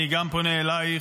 אני גם פונה אלייך.